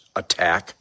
attack